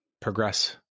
progress